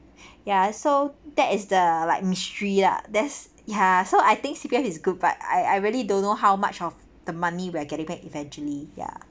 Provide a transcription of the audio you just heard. ya so that is the like mystery lah there's ya so I think C_P_F is good but I I really don't know how much of the money we're getting back eventually ya